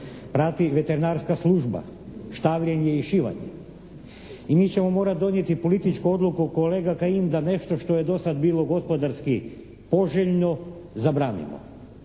Prati veterinarska služba, štavljenje i šivanje. I mi ćemo morati donijeti političku odluku kolega Kajin da nešto što je do sad bilo gospodarski poželjno zaboravimo.